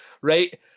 right